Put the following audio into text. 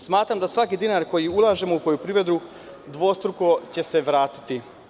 Smatram da će se svaki dinar koji ulažemo u poljoprivredu dvostruko vratiti.